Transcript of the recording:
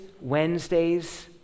Wednesdays